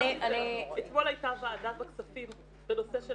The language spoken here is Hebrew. אתמול הייתה ועדת הכספים בנושא של